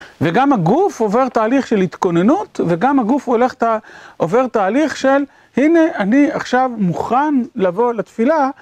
וגם הגוף עובר תהליך של התכוננות וגם הגוף עובר תהליך של הנה אני עכשיו מוכן לבוא לתפילה.